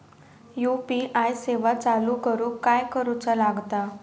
UPI सेवा चालू करूक काय करूचा लागता?